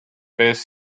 best